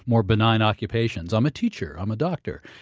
more benign occupations i'm a teacher, i'm a doctor.